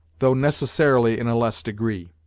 though necessarily in a less degree.